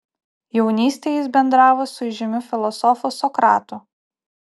jaunystėje jis bendravo su įžymiu filosofu sokratu